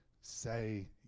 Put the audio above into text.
say